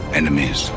enemies